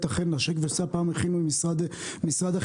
'נשק וסע' פעם הכינו עם משרד החינוך,